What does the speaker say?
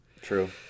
True